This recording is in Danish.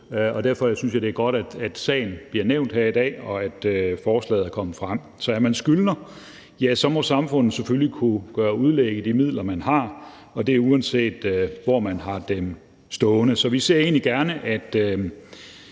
derfor synes jeg, det er godt, at sagen bliver nævnt her i dag, og at forslaget er kommet frem. Så er man skyldner, ja, så må samfundet selvfølgelig kunne gøre udlæg i de midler, man har, og det, uanset hvor man har dem stående. Så vi så egentlig gerne, at